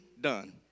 done